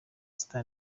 sita